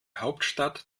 hauptstadt